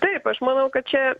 taip aš manau kad čia